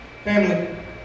Family